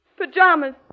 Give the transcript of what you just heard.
pajamas